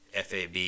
FAB